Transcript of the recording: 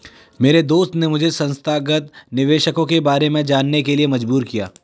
मेरे दोस्त ने मुझे संस्थागत निवेशकों के बारे में जानने के लिए मजबूर किया